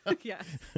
Yes